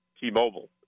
T-Mobile